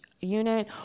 Unit